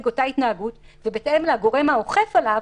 אותה התנהגות ובהתאם לגורם האוכף עליו,